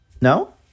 No